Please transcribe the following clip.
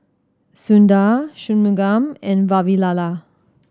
Sundar Shunmugam and Vavilala